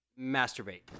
masturbate